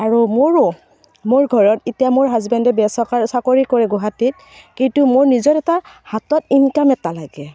আৰু মোৰো মোৰ ঘৰত এতিয়া মোৰ হাজবেণ্ডে বেচৰকাৰ চাকৰি কৰে গুৱাহাটীত কিন্তু মোৰ নিজৰ এটা হাতত ইনকাম এটা লাগে